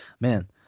man